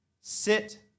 Sit